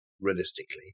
realistically